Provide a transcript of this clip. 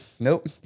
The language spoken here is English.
Nope